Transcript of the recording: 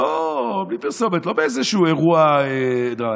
בלי פרסומת, לא באיזשהו אירוע דרמטי.